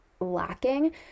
lacking